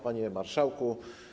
Panie Marszałku!